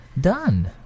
done